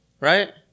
Right